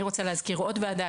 אני רוצה להזכיר עוד ועדה,